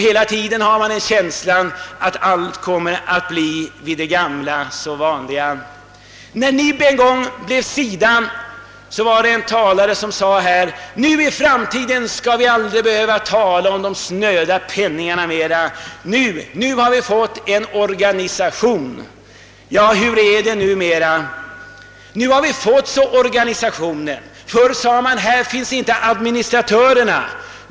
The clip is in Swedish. Hela tiden har man en känsla av att allting kommer att bli vid det gamla vanliga. När NIB en gång blev SIDA, sade en talare: »Nu skall vi i framtiden aldrig behöva tala om de snöda penningarna mera. Nu har vi fått en organisation.» Ja, hur är det numera? Nu har vi fått en organisation. Förut sade man: Här finns inte några administratörer.